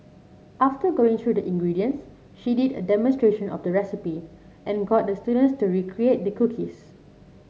after going through the ingredients she did a demonstration of the recipe and got the students to recreate the cookies